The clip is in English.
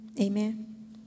Amen